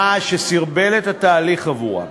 מה שסרבל את התהליך עבורם.